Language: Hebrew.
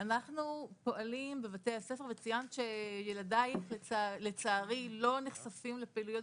אנחנו פועלים בבתי הספר וציינת שילדייך לצערי לא נחשפים לפעילויות